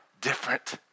different